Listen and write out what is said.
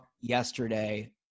yesterday